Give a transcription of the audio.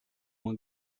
uma